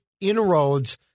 inroads